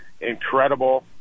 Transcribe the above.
incredible